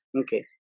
okay